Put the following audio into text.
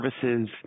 services